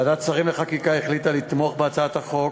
ועדת שרים לחקיקה החליטה לתמוך בהצעת החוק,